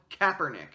Kaepernick